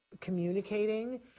communicating